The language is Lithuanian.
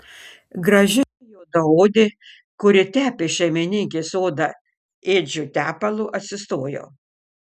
graži juodaodė kuri tepė šeimininkės odą ėdžiu tepalu atsistojo